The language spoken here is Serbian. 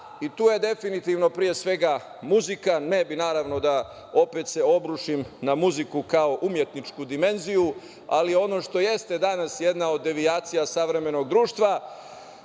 i tu je pre svega muzika, ne bih da se obrušim na muziku kao umetničku dimenziju, ali ono što jeste danas jedna od devijacija savremenog društva